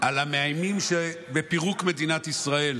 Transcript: על המאיימים בפירוק מדינת ישראל,